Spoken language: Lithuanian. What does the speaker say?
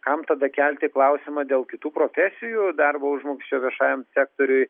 kam tada kelti klausimą dėl kitų profesijų darbo užmokesčio viešajam sektoriui